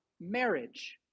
marriage